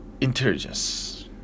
intelligence